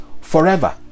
forever